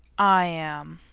i am,